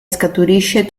scaturisce